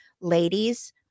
Ladies